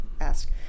ask